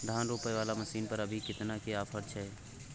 धान रोपय वाला मसीन पर अभी केतना के ऑफर छै?